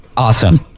awesome